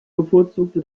bevorzugte